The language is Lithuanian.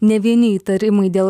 nė vieni įtarimai dėl